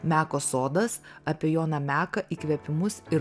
meko sodas apie joną meką įkvėpimus ir